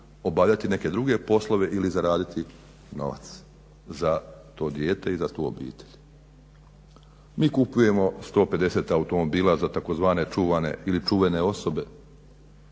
obavljati neke druge poslove ili zaraditi novac za to dijete i za tu obitelj. Mi kupujemo 150 automobila za tzv. čuvane ili čuvene osobe